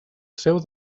seu